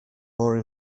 more